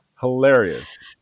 Hilarious